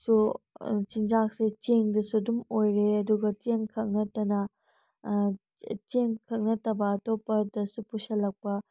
ꯁꯨ ꯆꯤꯟꯖꯥꯛꯁꯦ ꯆꯦꯡꯗꯁꯨ ꯑꯗꯨꯝ ꯑꯣꯏꯔꯦ ꯑꯗꯨꯒ ꯆꯦꯡꯈꯛ ꯅꯠꯇꯅ ꯆꯦꯡꯈꯛ ꯅꯠꯇꯕ ꯑꯇꯣꯞꯄꯗꯁꯨ ꯄꯨꯁꯤꯜꯂꯛꯄ